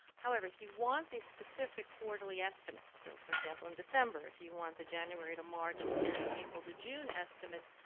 however, if you want a specific quarterly estimate, so for example, in december, if you want the january to march and the april to june estimates,